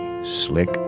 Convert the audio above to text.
Slick